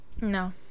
No